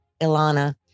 Ilana